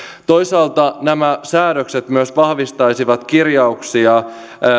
toisaalta nämä säädökset myös vahvistaisivat kirjauksia